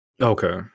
Okay